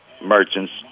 merchants